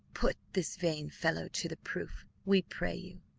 put this vain fellow to the proof, we pray you,